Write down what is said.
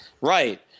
Right